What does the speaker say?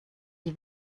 die